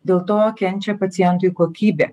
dėl to kenčia pacientui kokybė